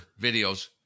videos